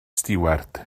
stiward